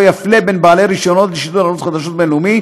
יפלה בין בעלי רישיונות לשידור ערוץ חדשות בין-לאומי